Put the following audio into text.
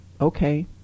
okay